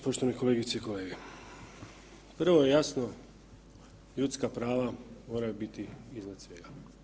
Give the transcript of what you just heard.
Poštovane kolegice i kolege, prvo jasno ljudska prava moraju biti iznad svega.